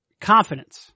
confidence